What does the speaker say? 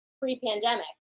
pre-pandemic